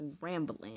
rambling